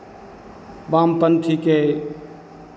वामपंथी के